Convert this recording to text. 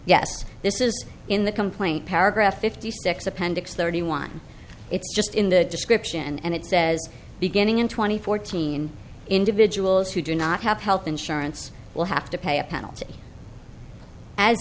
yes this is in the complaint paragraph fifty six appendix thirty one it's just in the description and it says beginning in two thousand and fourteen individuals who do not have health insurance will have to pay a penalty as